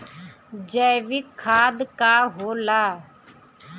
जैवीक खाद का होला?